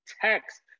text